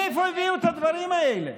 מאיפה הביאו את הדברים האלה?